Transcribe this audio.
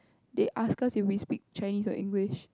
they asked us if we speak Chinese or English